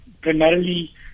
Primarily